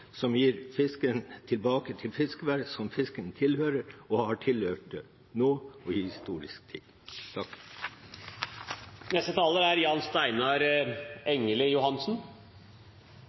som gir fisken tilbake til fiskevær, som fisken tilhører og har tilhørt – nå og i historisk tid.